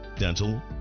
dental